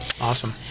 Awesome